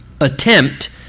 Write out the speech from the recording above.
attempt